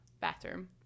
bathroom